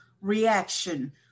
reaction